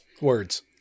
words